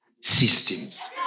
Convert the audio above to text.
systems